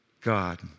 God